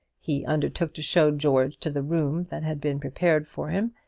he undertook to show george to the room that had been prepared for him,